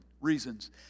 reasons